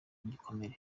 gikomere